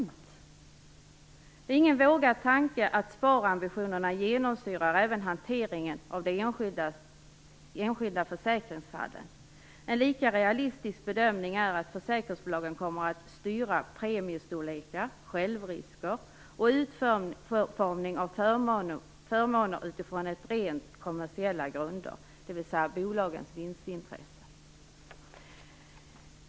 Det är ingen vågad tanke att sparambitionerna genomsyrar även hanteringen av de enskilda försäkringsfallen. En lika realistisk bedömning är att försäkringsbolagen kommer att styra premiestorlekar, självrisker och utformning av förmåner utifrån rent kommersiella grunder, dvs. bolagens vinstintressen.